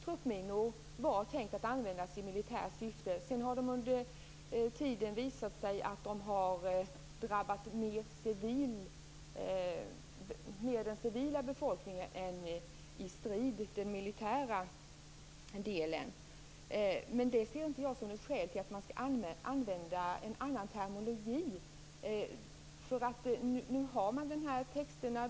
Truppminor var tänkta att användas i militärt syfte. Sedan har det under tiden visat sig att de mer har drabbat den civila befolkningen än den militära delen i strid. Det ser inte jag som något skäl till att man skall använda en annan terminologi. Nu har man dessa texter.